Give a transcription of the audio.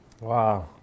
Wow